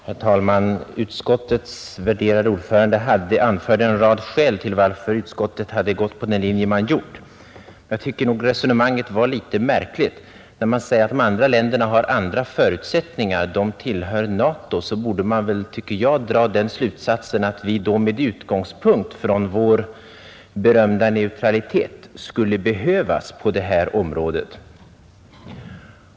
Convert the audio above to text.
Herr talman! Utskottets värderade ordförande anförde en rad skäl till att utskottet hade gått på den linje det gjort. Jag tycker nog att resonemanget var litet märkligt. När man säger att de andra länderna har andra förutsättningar — de tillhör NATO — så borde man väl, tycker jag, dra den slutsatsen att vi med utgångspunkt i vår berömda neutralitet skulle behövas på det här området.